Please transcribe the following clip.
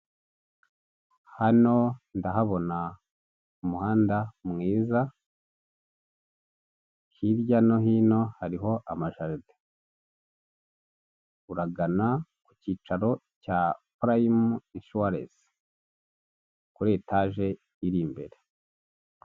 Hano ndahabona umuhanda mwiza hirya no hino hariho amajaride. Uragana ku cyicaro cya purayime inshuwarensi kuri etaje iri imbere.